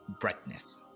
brightness